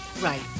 Right